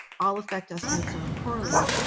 all effect estimates are uncorrelated.